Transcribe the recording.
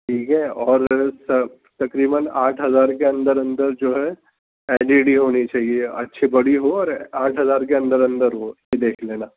ٹھیک ہے اور سر تقریباً آٹھ ہزار کے اندر اندر جو ہے ایل ای ڈی ہونی چاہیے اچھی بڑی ہو اور آٹھ ہزار کے اندر اندر ہو دیکھ لینا